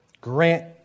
grant